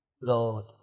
Lord